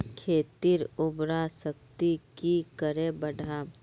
खेतीर उर्वरा शक्ति की करे बढ़ाम?